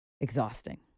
exhausting